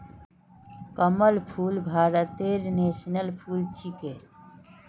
कमल फूल भारतेर नेशनल फुल छिके